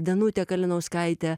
danutė kalinauskaitė